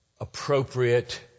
appropriate